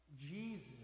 Jesus